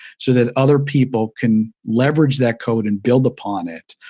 so that other people can leverage that code and build upon it.